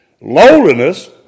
Lowliness